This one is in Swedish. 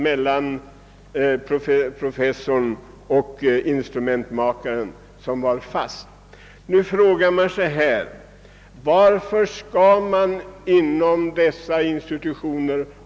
Någon frågar sig kanske varför det bör vara fasta tjänster vid dessa institutioner.